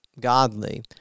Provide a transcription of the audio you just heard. Godly